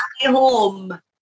Home